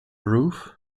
roof